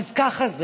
אז ככה זה.